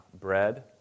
bread